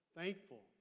thankful